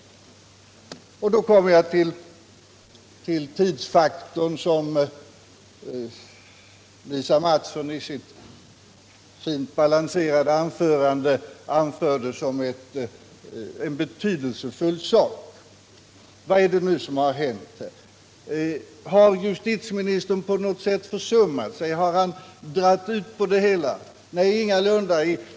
Jag kommer då till tidsfaktorn, som Lisa Mattson i sitt fint balanserade anförande betraktade som en betydelsefull sak. Vad är det nu som har hänt? Har justitieministern försummat något? Har han dragit ut på det hela? Nej, ingalunda.